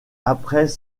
après